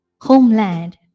homeland